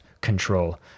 control